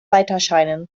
weiterscheinen